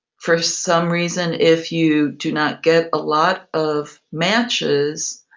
for some reason if you do not get a lot of matches,